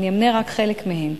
ואני אמנה רק חלק מהם: